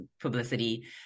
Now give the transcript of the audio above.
publicity